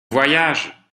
voyage